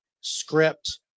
script